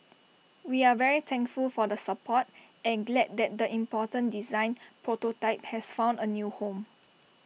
we are very thankful for the support and glad that the important design prototype has found A new home